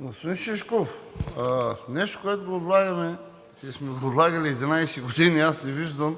Господин Шишков, нещо, което го отлагаме и сме го отлагали 11 години, не виждам